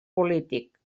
polític